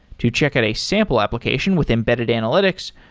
to check out a sample application with embedded analytics,